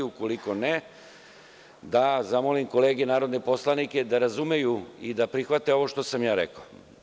Ukoliko ne, da zamolim kolege narodne poslanike da razumeju i prihvate ovo što sam ja rekao.